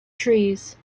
trees